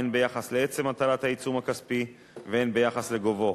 הן ביחס לעצם הטלת העיצום הכספי והן ביחס לגובהו.